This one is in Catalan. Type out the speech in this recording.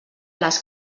les